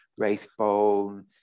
wraithbone